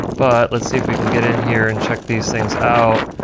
but let's see if we can get in here and check these things out.